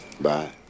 bye